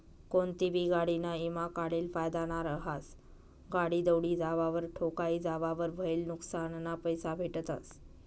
कोनतीबी गाडीना ईमा काढेल फायदाना रहास, गाडी दवडी जावावर, ठोकाई जावावर व्हयेल नुक्सानना पैसा भेटतस